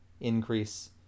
increase